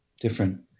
different